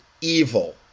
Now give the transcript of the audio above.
evil